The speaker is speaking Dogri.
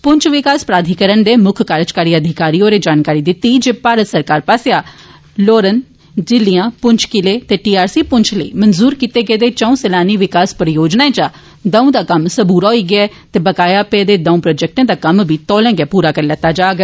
पुंछ विकास प्राधिकरण दे मुक्ख कार्यकारी अधिकारी होरें जानकारी दिती जे भारत सरकार पास्सेआ लोरन जल्लियां पुंछ किले ते टी आर सी पुंछ लेई मंजूर कीते गेदे चऊं सैलानी विकास परियोजनाएं चा दऊं दा कम्म सबूरा होई गेआ ऐ ते बकाया दऊं प्रोजेक्टें दा कम्म बी तौले पूरा करी लैता जाग